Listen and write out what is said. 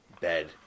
bed